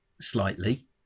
slightly